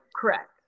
correct